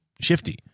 shifty